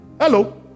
Hello